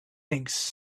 things